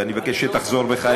אני מבקש שתחזור בך,